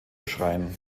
schrein